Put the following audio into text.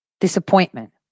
Disappointment